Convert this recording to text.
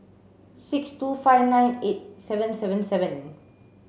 six two five nine eight seven seven seven